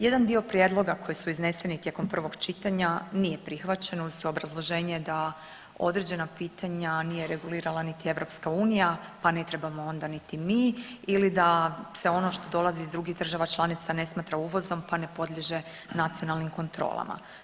Jedan dio prijedloga koji su izneseni tijekom prvog čitanja nije prihvaćen uz obrazloženje da određena pitanja nije regulirala niti EU, pa ne trebamo onda niti mi ili da se ono što dolazi iz drugih država članica ne smatra uvozom, pa ne podliježe nacionalnim kontrolama.